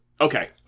Okay